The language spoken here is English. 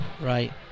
Right